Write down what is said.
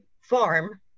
farm